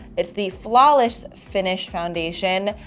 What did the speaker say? it's the flawless finished foundation.